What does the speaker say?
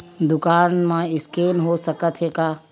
दुकान मा स्कैन हो सकत हे का?